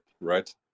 right